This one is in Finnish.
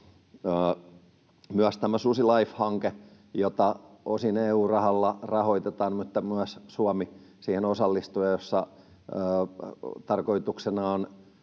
Myös tämä SusiLIFE-hanke, jota osin EU-rahalla rahoitetaan mutta johon myös Suomi osallistuu ja jossa tarkoituksena on